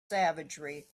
savagery